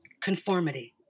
conformity